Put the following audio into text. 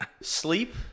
sleep